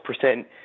percent